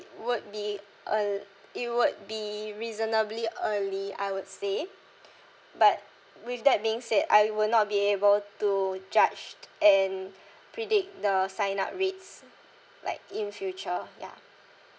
would be uh it would be reasonably early I would say but with that being said I will not be able to judge and predict the sign up rates like in future ya